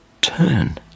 turn